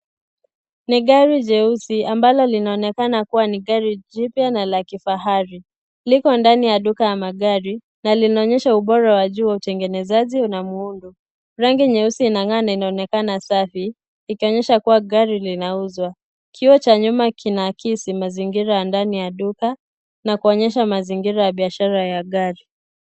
Ni gari jeusi ambalo linaonekana kuwa ni gari jipya na la kifahari. Liko ndani ya duka ya magari, na linaonyesha ubora wa juu wa utengenezaji na muundo. Rangi nyeusi na inangaa na inaonekana kuwa safi, ikionyesha kuwa gari linauzwa. Kioo cha nyuma kinahakisi mazingira mengine ya ndani ya duka, na kuoyesha mazingira ya biashara ya gari.